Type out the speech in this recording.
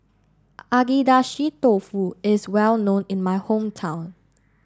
Agedashi Dofu is well known in my hometown